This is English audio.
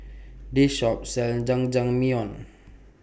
This Shop sells Jajangmyeon